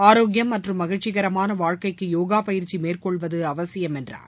ஆரோக்கியம் மற்றம் மகிழ்ச்சிகரமான வாழ்க்கைக்கு போகா பயிற்சி மேற்கொள்வது அவசியம் என்றார்